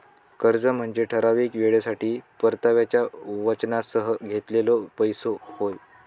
कर्ज म्हनजे ठराविक येळेसाठी परताव्याच्या वचनासह घेतलेलो पैसो होय